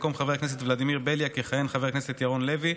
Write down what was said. במקום חבר הכנסת ולדימיר בליאק יכהן חבר הכנסת ירון לוי,